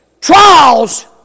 trials